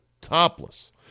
topless